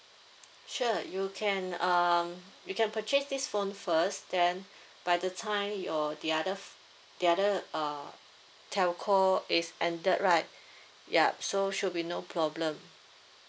sure you can um you can purchase this phone first then by the time your the other f~ the other uh telco is ended right yup so should be no problem